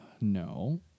No